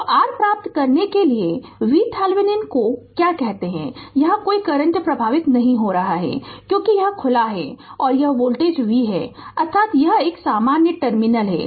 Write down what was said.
तो r प्राप्त करने के लिए VThevenin को क्या कहते हैं और यहां कोई करंट प्रवाहित नहीं हो रहा है क्योंकि यह खुला है और यह वोल्टेज V है अर्थात यह एक सामान्य टर्मिनल है